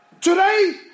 Today